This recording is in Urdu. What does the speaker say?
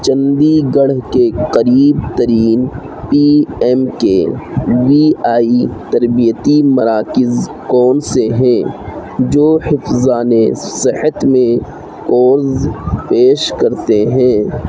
چندی گڑھ کے قریب ترین P M K V I تربیتی مراکز کون سے ہیں جو حفظان صحت میں کورز پیش کرتے ہیں